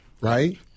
right